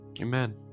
amen